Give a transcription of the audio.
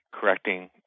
correcting